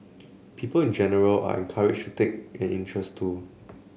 people in general are encouraged to take an interest too